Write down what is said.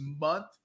month